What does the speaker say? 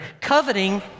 Coveting